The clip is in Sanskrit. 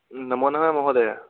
नमो नमः महोदयः